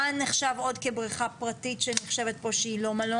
מה נחשב עוד כבריכה פרטית שנחשבת פה שהיא לא מלון?